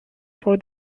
for